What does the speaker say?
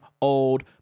old